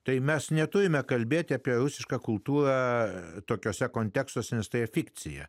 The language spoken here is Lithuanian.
tai mes neturime kalbėti apie rusišką kultūrą tokiuose kontekstuose nes tai fikcija